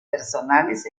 personales